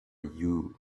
you